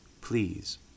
please